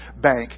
bank